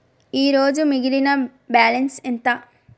ఈరోజు మిగిలిన బ్యాలెన్స్ ఎంత?